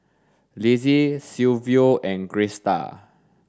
Lizzie Silvio and Griselda